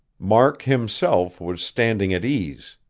mark himself was standing at ease,